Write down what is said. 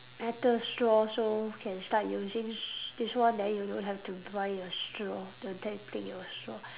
metal straw so can start using s~ this one then you don't have to buy your straw the that thing your straw